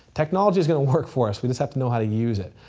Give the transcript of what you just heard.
technology is going to work for us. we just have to know how to use it.